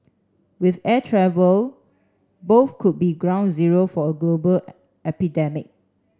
with air travel both could be ground zero for a global epidemic